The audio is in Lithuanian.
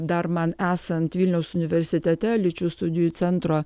dar man esant vilniaus universitete lyčių studijų centro